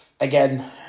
Again